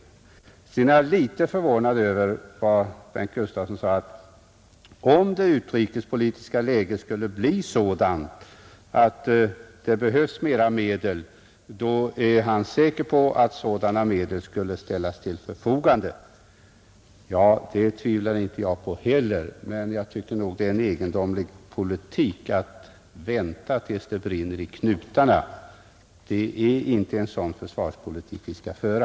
Jag blev slutligen något förvånad när herr Gustavsson sade att om det utrikespolitiska läget skulle bli sådant att det behövs mera medel, är han säker på att sådana medel skall ställas till förfogande. Det tvivlar inte jag på heller, men jag tycker att det är en egendomlig politik att vänta tills det brinner i knutarna, Det är inte en sådan försvarspolitik vi skall föra.